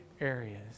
areas